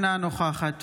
אינה נוכחת